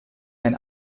ein